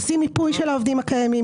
עושים מיפוי של העובדים הקיימים.